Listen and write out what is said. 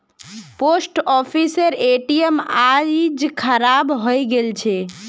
post ऑफिसेर ATM आइज खराब हइ गेल छ